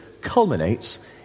culminates